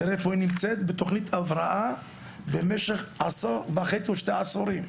תראה איפה היא נמצאת בתוכנית הבראה במשך עשור וחצי או שני עשורים,